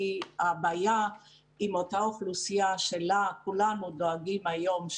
הבעיה עם אותה אוכלוסייה שלה כולנו דואגים היום,